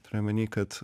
turiu omeny kad